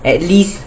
at least